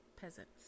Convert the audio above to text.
peasants